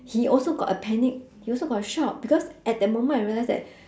he also got a panic he also got a shock because at that moment I realised that